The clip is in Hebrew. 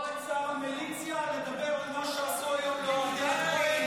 לא את שר המליציה לדבר על מה שעשו היום לאוהדי הפועל?